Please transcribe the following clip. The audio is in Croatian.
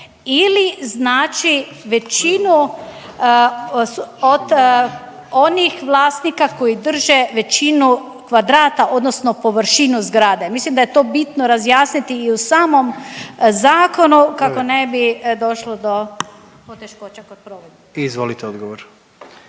ili znači većinu od onih vlasnika koji drže većinu kvadrata odnosno površinu zgrade? Mislim da je to bitno razjasniti i u samom zakonu kako ne bi došlo do poteškoća kod provedbe. **Jandroković,